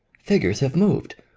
figures have moved!